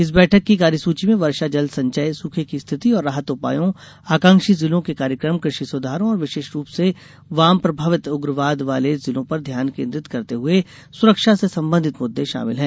इस बैठक की कार्यसूची में वर्षा जल संचय सूखे की स्थिति और राहत उपायों आकांक्षी जिलों के कार्यक्रम कृषि सुधारों और विशेष रूप से वाम प्रभावित उग्रवाद वाले जिलों पर ध्यान केन्द्रित करते हुए सुरक्षा से संबंधित मुद्दे शामिल हैं